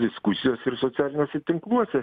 diskusijos ir socialiniuose tinkluose